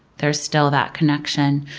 there's still that connection.